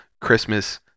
Christmas